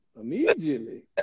Immediately